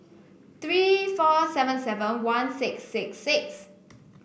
three four seven seven one six six six